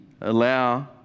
allow